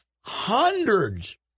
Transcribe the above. hundreds